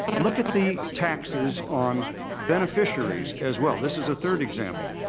look at the taxes on beneficiaries as well this is a third example.